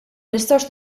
nistgħux